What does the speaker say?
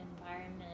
environment